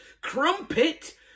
Crumpet